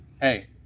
hey